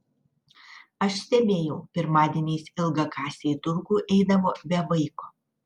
aš stebėjau pirmadieniais ilgakasė į turgų eidavo be vaiko